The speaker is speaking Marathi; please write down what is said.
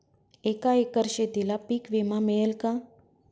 एका एकर शेतीला पीक विमा मिळेल का?